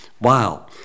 Wow